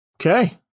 Okay